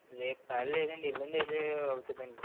రేపు ఖాళీ లేదండి ఎల్లుండి అయితే అవుతదండి